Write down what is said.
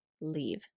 leave